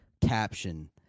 caption